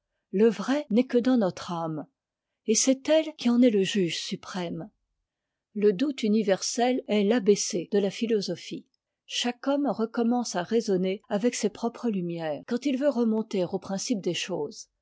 le vrai n'est que dans notre âme et c'est elle qui en est le juge suprême le doute universel est t'a b c de la philosophie chaque homme recommence à raisonner avec ses propres lumières quand il veut remonter aux principes des choses